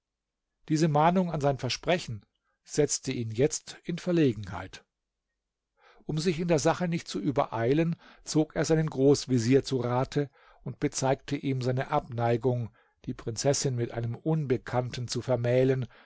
diese mahnung an sein versprechen setzte ihn jetzt in verlegenheit um sich in der sache nicht zu übereilen zog er seinen großvezier zu rate und bezeigte ihm seine abneigung die prinzessin mit einem unbekannten zu vermählen